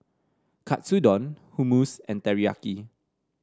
Katsudon Hummus and Teriyaki